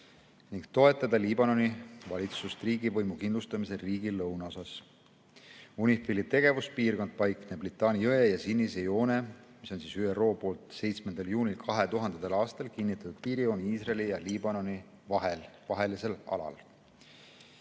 ning toetada Liibanoni valitsust riigivõimu kindlustamisel riigi lõunaosas. UNIFIL-i tegevuspiirkond paikneb Litani jõe ja Sinise joone (ÜRO poolt 7. juunil 2000. aastal kinnitatud piirijoon Iisraeli ja Liibanoni vahel)